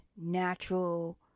natural